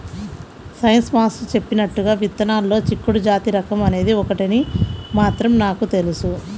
science master చెప్పినట్లుగా విత్తనాల్లో చిక్కుడు జాతి రకం అనేది ఒకటని మాత్రం నాకు తెలుసు